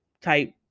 type